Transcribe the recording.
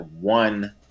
one